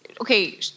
okay